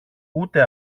ούτε